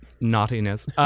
naughtiness